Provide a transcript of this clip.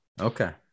Okay